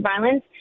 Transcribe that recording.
violence